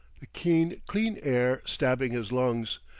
the keen clean air stabbing his lungs,